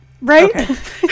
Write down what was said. Right